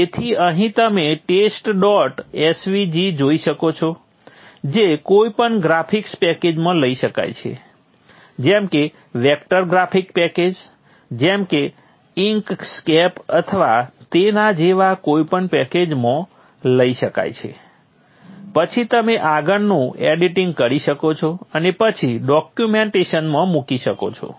તેથી અહીં તમે test dot svg જોઈ શકો છો જે કોઈપણ ગ્રાફિક પેકેજમાં લઈ શકાય છે જેમ કે વેક્ટર ગ્રાફિક પેકેજ જેમ કે ઇન્ક સ્કેપ અથવા તેના જેવા કોઈપણ પેકેજમાં લઈ શકાય છે પછી તમે આગળનું એડિટીંગ કરી શકો છો અને પછી ડોક્યૂમેંટેશનમાં મૂકી શકો છો